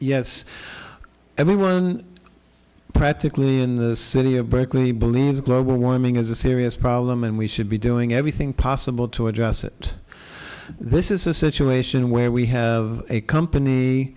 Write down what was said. yes everyone practically in the city of berkeley believes global warming is a serious problem and we should be doing everything possible to address it this is a situation where we have a company